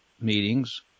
meetings